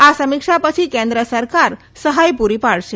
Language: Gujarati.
આ સમીક્ષા પછી કેન્દ્ર સરકાર સહાય પુરી પાડશે